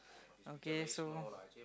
okay so